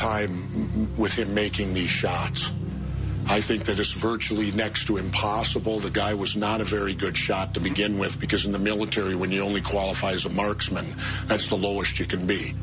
time with it making the shots i think that is virtually next to impossible the guy was not a very good shot to begin with because in the military when you only qualify as a marksman that's the lowest you can be